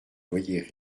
voyait